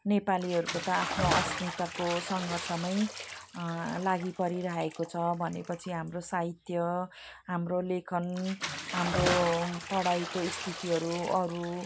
नेपालीहरूको त आफ्नो अस्मिताको सङ्घर्षमै लागिपरिरहेको छ भनेपचि हाम्रो साहित्य हाम्रो लेखन हाम्रो पढाइको स्थितिहरू अरू